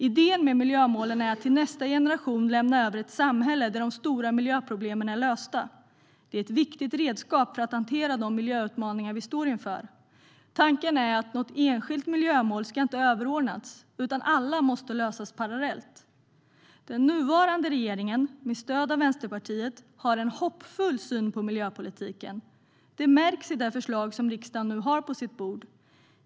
Idén med miljömålen är att till nästa generation lämna över ett samhälle där de stora miljöproblemen är lösta. De är ett viktigt redskap för att hantera de miljöutmaningar vi står inför. Tanken är att ett enskilt miljömål inte ska överordnas utan att alla måste lösas parallellt. Den nuvarande regeringen, med stöd av Vänsterpartiet, har en hoppfull syn på miljöpolitiken. Det märks i det förslag riksdagen nu har på sitt bord.